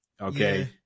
Okay